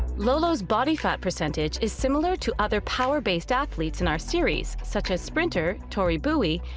lolo's body fat percentage is similar to other power-based athletes in our series, such as sprinter, tori bowie,